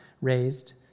raised